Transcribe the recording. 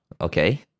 okay